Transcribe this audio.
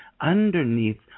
underneath